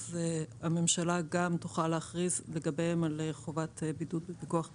הממשלה גם תוכל להכריז לגביהם על חובת בידוד בפיקוח טכנולוגי.